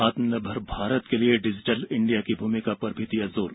आत्मनिर्भर भारत के लिए डिजिटल इण्डिया की भूमिका पर भी दिया जोर